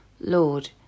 Lord